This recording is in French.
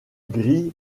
gris